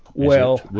well,